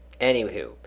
Anywho